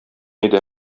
иде